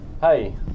hey